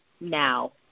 now